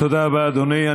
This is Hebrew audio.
תודה רבה, אדוני.